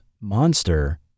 monster